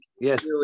yes